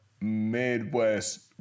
Midwest